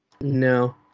No